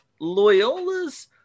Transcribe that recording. Loyola's